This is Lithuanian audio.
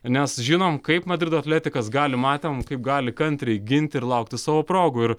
nes žinom kaip madrido atletikas gali matėm kaip gali kantriai ginti ir laukti savo progų ir